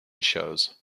shows